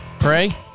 pray